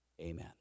Amen